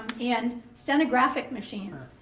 and stenographic machines.